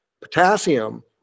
Potassium